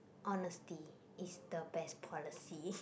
honesty is the best policy